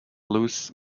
loose